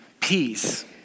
peace